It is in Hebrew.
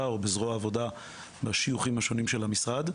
או בזרוע העבודה בשיוכים השונים של המשרד.